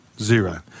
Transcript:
Zero